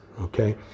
okay